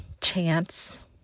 chance